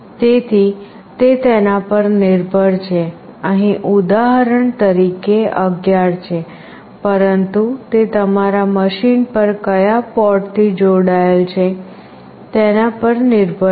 તેથી તે તેના પર નિર્ભર છે અહીં ઉદાહરણ તરીકે તે 11 છે પરંતુ તે તમારા મશીન પર કયા પોર્ટથી જોડાયેલ છે તેના પર નિર્ભર છે